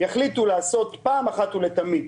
יחליטו לעשות פעם אחת ולתמיד